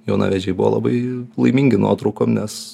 jaunavedžiai buvo labai laimingi nuotraukom nes